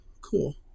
cool